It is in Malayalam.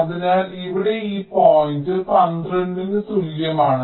അതിനാൽ ഇവിടെ ഈ പോയിന്റ് 12 ന് തുല്യമാണ്